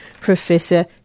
Professor